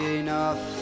enough